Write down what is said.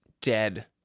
dead